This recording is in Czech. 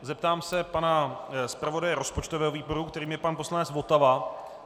Zeptám se pana zpravodaje rozpočtového výboru, kterým je pan poslanec Votava.